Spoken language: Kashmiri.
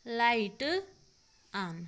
لایٹہٕ اَن